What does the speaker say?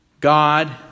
God